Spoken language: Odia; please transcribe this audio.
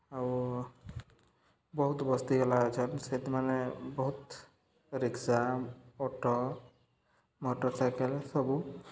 ଆଉ ବହୁତ୍ ବସ୍ତି ଗଲା ଚାଲୁଛେ ମାନେ ବହୁତ୍ ରିକ୍ସା ଅଟୋ ମଟର୍ସାଇକେଲ୍ ସବୁ